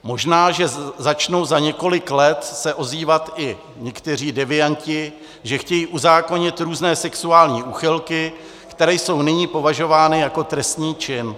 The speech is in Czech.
Možná, že se začnou za několik let ozývat i někteří devianti, že chtějí uzákonit různé sexuální úchylky, které jsou nyní považovány za trestný čin.